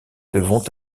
devront